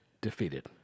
defeated